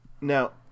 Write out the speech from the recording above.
Now